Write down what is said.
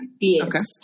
Yes